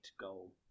goal